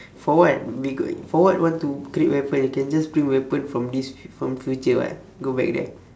for what make a for what want to create weapon you can just bring weapon from this from future [what] go back there